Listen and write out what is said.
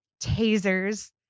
tasers